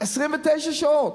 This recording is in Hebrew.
29 שעות.